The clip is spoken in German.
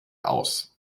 aus